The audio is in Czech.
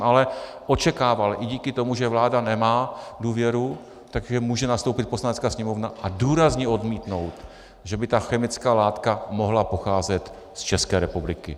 Ale očekával jsem i díky tomu, že vláda nemá důvěru, že může nastoupit Poslanecká sněmovna a důrazně odmítnout, že by ta chemická látka mohla pocházet z České republiky.